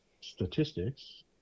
statistics